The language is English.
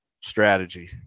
strategy